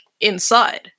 inside